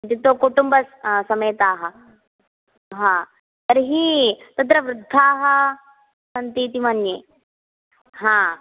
इत्युक्तौ कुटुम्ब समेताः हा तर्हि तत्र वृद्धाः सन्तीति मन्ये हा